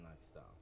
lifestyle